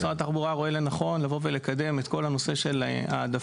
משרד התחבורה רואה לנכון לבוא ולקדם את כל הנושא של העדפה